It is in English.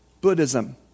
Buddhism